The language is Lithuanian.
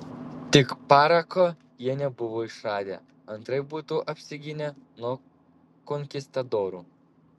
tik parako jie nebuvo išradę antraip būtų apsigynę nuo konkistadorų